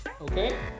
Okay